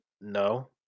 No